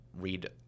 read